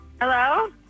Hello